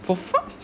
for fuck